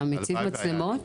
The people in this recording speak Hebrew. אתה מציב מצלמות?